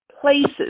places